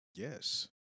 Yes